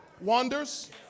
Wonders